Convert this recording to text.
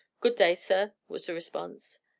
good day, sir, was the response.